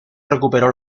recuperó